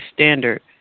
standard